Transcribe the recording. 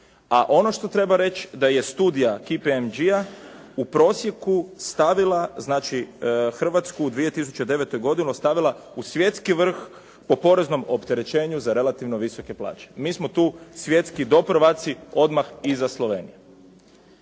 a ono što treba reći da je studija KPMG-a u prosjeku stavila znači, Hrvatsku u 2009. godini stavila u svjetski vrh po poreznom opterećenju za relativno visoke plaće. Mi smo tu svjetski doprvaci odmah iza Slovenije.